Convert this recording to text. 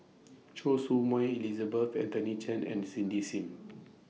Choy Su Moi Elizabeth Anthony Chen and Cindy SIM